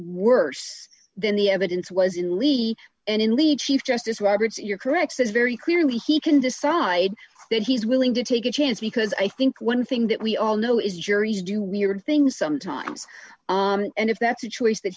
worse than the evidence was in levy and in lead chief justice roberts you're correct says very clearly he can decide that he's willing to take a chance because i think one thing that we all know is that juries do weird things sometimes and if that's a choice that